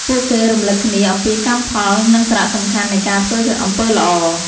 ពួកគេរំឭកគ្នាអំពីកម្មផល និងសារៈសំខាន់នៃការធ្វើអំពើល្អ។